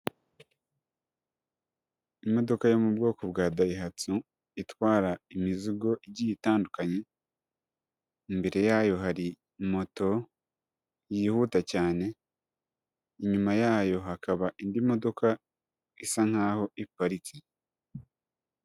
Imodoka yo mu bwoko bwa dayihatsu itwara imizigo igiye itandukanye, imbere yayo hari moto yihuta cyane, inyuma yayo hakaba indi modoka isa nkaho iparitse.